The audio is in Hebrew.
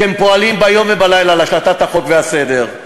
שפועלים ביום ובלילה להשלטת החוק והסדר,